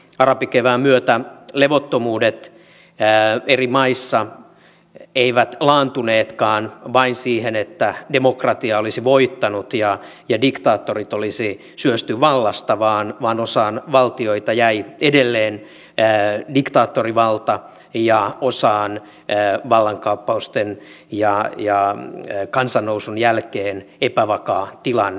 arabikevään myötä levottomuudet eri maissa eivät laantuneetkaan vain siihen että demokratia olisi voittanut ja diktaattorit olisi syösty vallasta vaan osaan valtioita jäi edelleen diktaattorivalta ja osaan vallankaappausten ja kansannousun jälkeen epävakaa tilanne